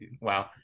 Wow